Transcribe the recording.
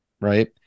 right